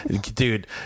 dude